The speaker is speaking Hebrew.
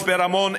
מצפה-רמון,